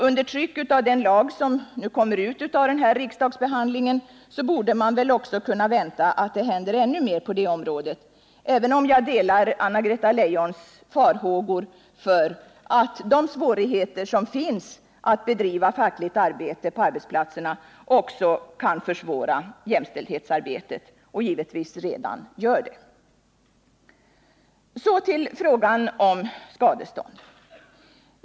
Under tryck av den lag som kommer ut av denna riksdagsbehandling borde man väl också kunna vänta sig att det händer mer på det här området — även om jag delar Anna-Greta Leijons farhågor för att de svårigheter som finns att bedriva fackligt arbete på arbetsplatserna också kan försvåra jämställdhetsarbetet och givetvis redan gör det. Så till frågan om skadestånd.